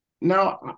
Now